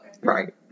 Right